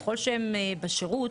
ככל שהם בשירות,